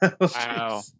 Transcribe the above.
Wow